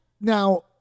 now